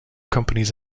companies